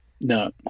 No